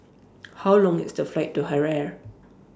How Long IS The Flight to Harare